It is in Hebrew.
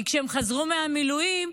כי כשהם חזרו מהמילואים,